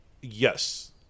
Yes